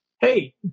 Hey